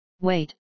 Wait